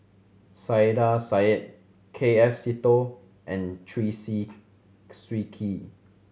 Saiedah Said K F Seetoh and Chew Swee Kee